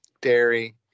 dairy